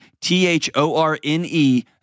T-H-O-R-N-E